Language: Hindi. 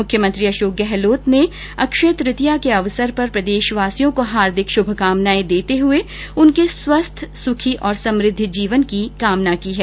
मुख्यमंत्री अशोक गहलोत ने अक्षय तृतीया के अवसर पर प्रदेशवासियों को हार्दिक श्भकामनाएं देते हुए उनके स्वस्थ सुखी एवं समृद्ध जीवन की कामना की है